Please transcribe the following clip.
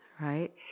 right